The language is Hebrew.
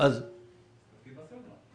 תפקיד בסלולר.